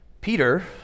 Peter